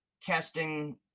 testing